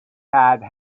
had